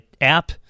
app